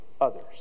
others